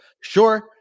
sure